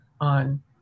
on